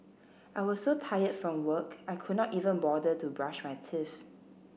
I was so tired from work I could not even bother to brush my teeth